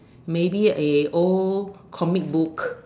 maybe a old comic book